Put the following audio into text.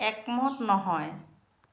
একমত নহয়